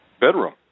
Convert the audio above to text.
bedroom